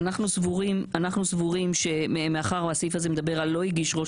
אנחנו סבורים שמאחר שהסעיף הזה מדבר על 'לא הגיש ראש